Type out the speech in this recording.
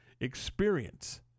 Experience